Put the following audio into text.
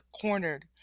cornered